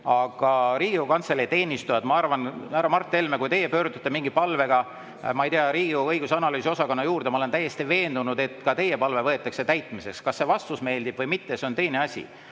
Aga Riigikogu Kantselei teenistujad – ma arvan, härra Mart Helme, kui teie pöördute mingi palvega Riigikogu õigus- ja analüüsiosakonna poole, siis ma olen täiesti veendunud, et ka teie palve võetakse täitmiseks. Kas see vastus meeldib või mitte, see on teine asi.